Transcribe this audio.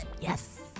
Yes